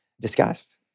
discussed